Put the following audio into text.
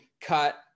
cut